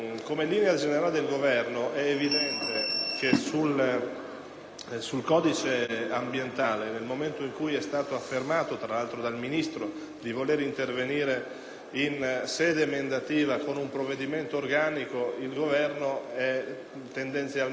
sul codice ambientale, nel momento in cui è stato affermato dal Ministro di volere intervenire in sede emendativa con un provvedimento organico, il Governo è tendenzialmente sfavorevole ad intervenire con emendamenti